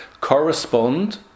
correspond